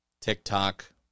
tiktok